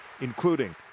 including